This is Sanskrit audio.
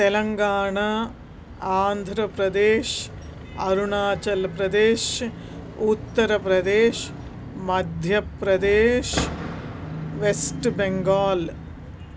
तेलङ्गाणा आन्ध्रप्रदेशः अरुणाचलप्रदेशः उत्तरप्रदेशः मध्यप्रदेशः वेस्ट् बेङ्गाल्